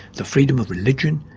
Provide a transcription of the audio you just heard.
the freedom of religion,